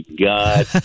god